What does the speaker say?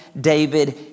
David